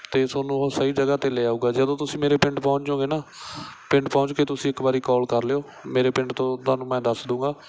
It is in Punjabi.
ਅਤੇ ਤੁਹਾਨੂੰ ਉਹ ਸਹੀ ਜਗ੍ਹਾ 'ਤੇ ਲੈ ਆਊਗਾ ਜਦੋਂ ਤੁਸੀਂ ਮੇਰੇ ਪਿੰਡ ਪਹੁੰਚ ਜੋਗੇ ਨਾ ਪਿੰਡ ਪਹੁੰਚ ਕੇ ਤੁਸੀਂ ਇੱਕ ਵਾਰੀ ਕੌਲ ਕਰ ਲਿਓ ਮੇਰੇ ਪਿੰਡ ਤੋਂ ਤੁਹਾਨੂੰ ਮੈਂ ਦੱਸ ਦੂੰਗਾ